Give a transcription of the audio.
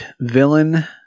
villain